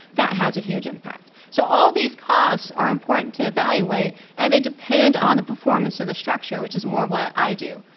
that has a huge impact. so all of these costs are important to evaluate and they depend on the performance of the structure which is more what i do.